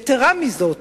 יתירה מזאת,